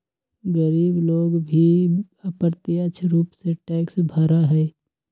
गरीब लोग भी अप्रत्यक्ष रूप से टैक्स भरा हई